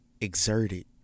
exerted